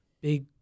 big